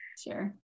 sure